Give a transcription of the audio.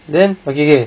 then okay okay